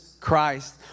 Christ